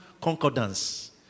concordance